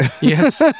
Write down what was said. Yes